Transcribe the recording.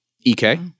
EK